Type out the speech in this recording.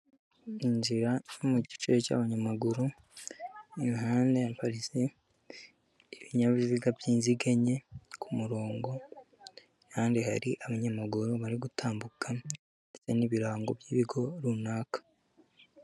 Inzira yo mu gice cy'abanyamaguru ihande haparitse ibinyabiziga by'inziga enye k'umurongo, ahandi hari abanyamaguru bari gutambukana n'ibirango by'ibigo runaka.